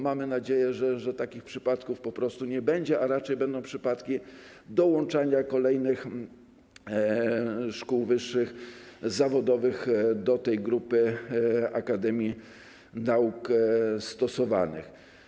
Mamy nadzieję, że takich przypadków po prostu nie będzie, a raczej będą przypadki dołączania kolejnych szkół wyższych zawodowych do grupy akademii nauk stosowanych.